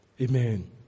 amen